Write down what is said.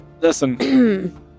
listen